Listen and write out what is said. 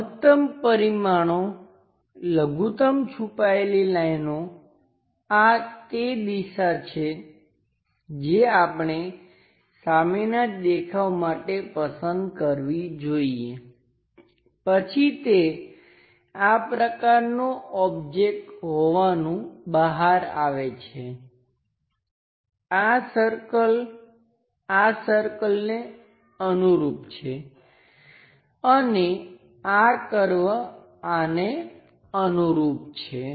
મહત્તમ પરિમાણો લઘુત્તમ છુપાયેલી લાઈનો આ તે દિશા છે જે આપણે સામેનાં દેખાવ માટે પસંદ કરવી જોઈએ પછી તે આ પ્રકારનો ઓબ્જેક્ટ હોવાનું બહાર આવે છે આ સર્કલ આ સર્કલને અનુરૂપ છે અને આ કર્વ આને અનુરૂપ છે